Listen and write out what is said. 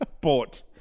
bought